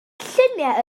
lluniau